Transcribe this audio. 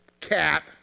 cat